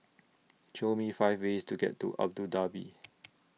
Show Me five ways to get to Abu Dhabi